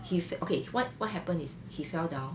he fe~ okay what what happen is he fell down